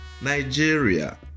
Nigeria